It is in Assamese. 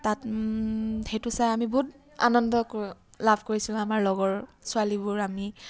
তাত সেইটো চাই আমি বহুত আনন্দ লাভ কৰিছিলোঁ আমাৰ লগৰ ছোৱালীবোৰ আমি